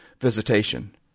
visitation